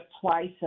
twice